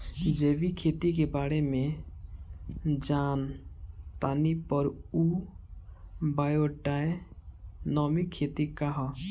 जैविक खेती के बारे जान तानी पर उ बायोडायनमिक खेती का ह?